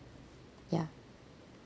ya